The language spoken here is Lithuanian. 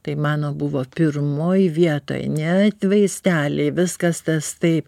tai mano buvo pirmoj vietoj net vaizdeliai viskas tas tai